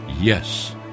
yes